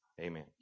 Amen